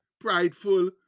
prideful